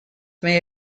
may